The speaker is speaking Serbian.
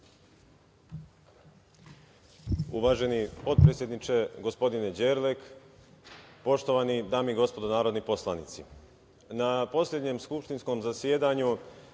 Uvaženi potpredsedniče gospodine Đerlek, poštovane dame i gospodo narodni poslanici, na poslednjem skupštinskom zasedanju